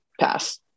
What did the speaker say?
pass